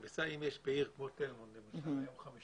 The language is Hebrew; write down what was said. אם יש בעיר כמו תל מונד 50 מאומתים